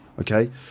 okay